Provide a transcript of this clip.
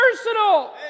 personal